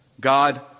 God